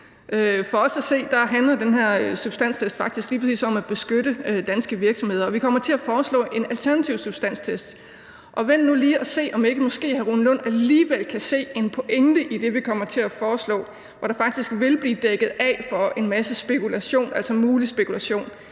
her substanstest faktisk lige præcis om at beskytte danske virksomheder, og vi kommer til at foreslå en alternativ substanstest. Og lad os nu lige vente og se, om ikke hr. Rune Lund måske alligevel kan se en pointe i det, vi kommer til at foreslå, for der vil faktisk blive dækket af for en masse spekulation, altså mulig spekulation.